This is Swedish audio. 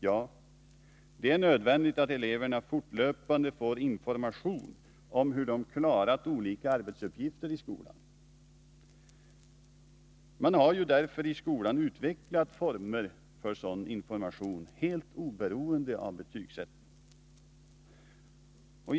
Ja, det är nödvändigt att eleverna fortlöpande får information om hur de klarat olika arbetsuppgifter i skolan. Man har därför i skolan utvecklat former för sådan information helt oberoende av betygsättningen.